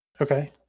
Okay